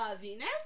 Venus